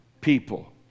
people